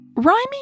Rhyming